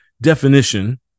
definition